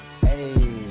Hey